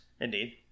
indeed